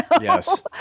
Yes